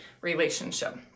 relationship